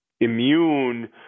immune